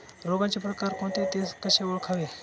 रोगाचे प्रकार कोणते? ते कसे ओळखावे?